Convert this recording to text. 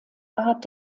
art